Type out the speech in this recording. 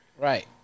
Right